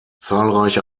zahlreiche